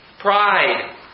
pride